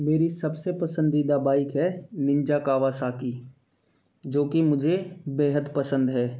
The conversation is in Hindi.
मेरी सबसे पसंदीदा बाइक है निंजा कावासाकी जो कि मुझे बेहद पसंद है